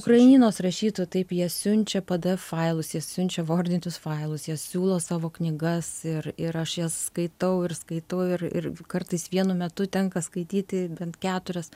ukrainos rašytojų taip jie siunčia pdf failus jis siunčia vordinius failus jie siūlo savo knygas ir ir aš jas skaitau ir skaitau ir ir kartais vienu metu tenka skaityti bent keturias